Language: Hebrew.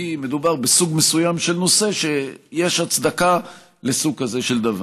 כי מדובר בסוג מסוים של נושא שיש הצדקה לסוג כזה של דבר.